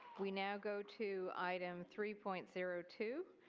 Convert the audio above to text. we now go to item three point zero two,